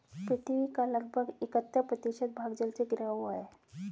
पृथ्वी का लगभग इकहत्तर प्रतिशत भाग जल से घिरा हुआ है